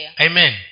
Amen